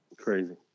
crazy